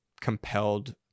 compelled